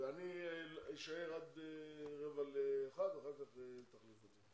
ואני אשאר עד רבע לאחת ואחר כך תחליף אותי.